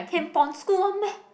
can pon school one meh